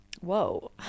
Whoa